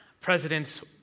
presidents